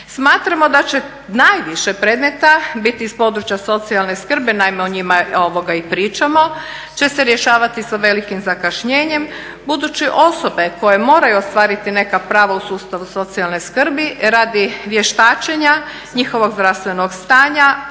Smatramo da će najviše predmeta biti iz područja socijalne skrbi, naime o njima i pričamo će se rješavati sa velikim zakašnjenjem budući osobe koje moraju ostvariti neka prava u sustavu socijalne skrbi radi vještačenja, njihovog zdravstvenog stanje,